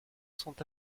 sont